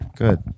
good